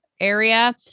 area